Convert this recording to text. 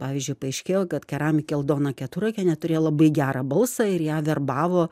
pavyzdžiui paaiškėjo kad keramikė aldona keturakienė turėjo labai gerą balsą ir ją verbavo